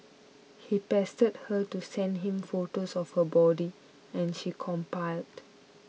he pestered her to send him photos of her body and she complied